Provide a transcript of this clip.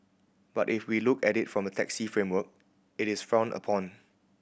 but if we look at it from a taxi framework it is frowned upon